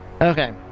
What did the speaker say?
Okay